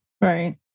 Right